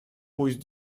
пусть